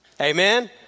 Amen